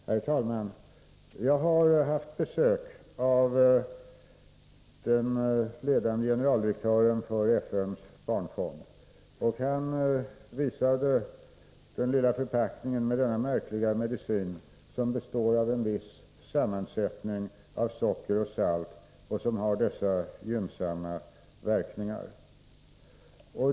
Herr talman! Jag har haft besök av den ledande generaldirektören för FN:s barnfond. Han visade den lilla förpackningen med denna märkliga medicin som består av en viss sammansättning av socker och salt och som har dessa gynnsamma verkningar.